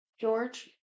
George